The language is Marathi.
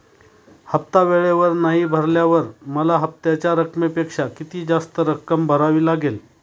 हफ्ता वेळेवर नाही भरल्यावर मला हप्त्याच्या रकमेपेक्षा किती जास्त रक्कम भरावी लागेल?